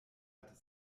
hat